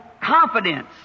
confidence